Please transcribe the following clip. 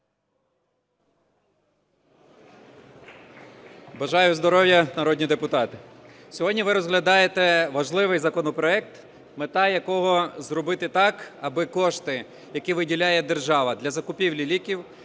Бажаю здоров'я, народні депутати! Сьогодні ви розглядаєте важливий законопроект, мета якого зробити так, аби кошти, які виділяє держава для закупівлі ліків,